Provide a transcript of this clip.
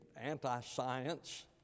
anti-science